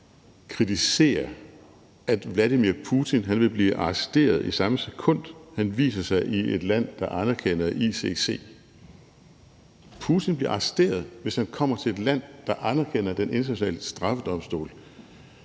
kritisere, at Vladimir Putin vil blive arresteret, i samme sekund han viser sig i et land, der anerkender ICC. Putin bliver arresteret, hvis han kommer til et land, der anerkender Den Internationale Straffedomstol.